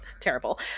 terrible